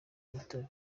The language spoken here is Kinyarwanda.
imitobe